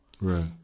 Right